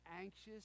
anxious